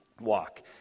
walk